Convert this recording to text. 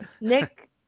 Nick